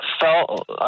felt